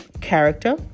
character